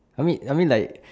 I mean I mean like